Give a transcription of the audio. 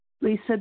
Lisa